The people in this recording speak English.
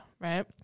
right